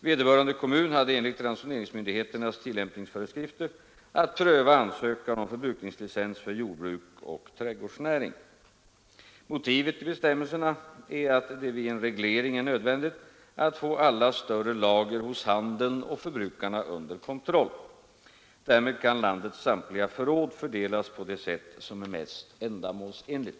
Vederbörande kommun hade enligt ransoneringsmyndigheternas tillämpningsföreskrifter att pröva ansökan om förbrukningslicens för jordbruk och trädgårdsnäring. Motivet till dessa bestämmelser är att det vid en reglering är nödvändigt att få alla större lager hos handeln och förbrukarna under kontroll. Därmed kan landets samtliga förråd fördelas på det sätt som är mest ändamålsenligt.